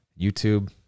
YouTube